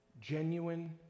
genuine